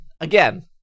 Again